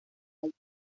alto